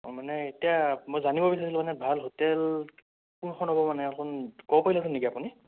অঁ মানে এতিয়া মই জানিব বিচাৰিছিলোঁ মানে ভাল হোটেল কোনখন হ'ব মানে অকণ ক'ব পাৰিলেহেঁতেন নেকি আপুনি